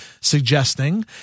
suggesting